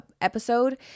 episode